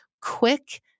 quick